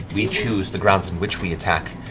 we choose the grounds in which we attack,